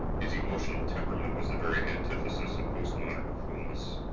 his emotional temperament was the very antithesis of postmodern coolness.